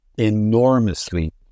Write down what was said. enormously